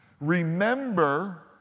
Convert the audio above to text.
remember